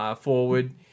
forward